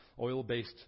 oil-based